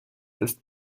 ist